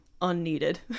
unneeded